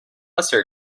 lesser